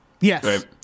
Yes